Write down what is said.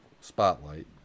spotlight